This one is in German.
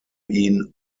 ihn